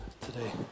today